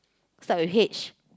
start with H